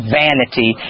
vanity